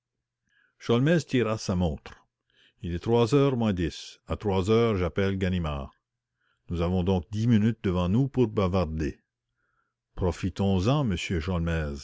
sholmès tira sa montre il est trois heures moins dix à trois heures j'appelle ganimard nous avons donc dix minutes devant nous pour nous amuser profitons-en m